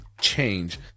change